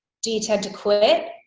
do you tend to quit?